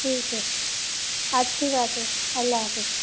ٹھیک ہے اچھی بات ہے اللہ حافظ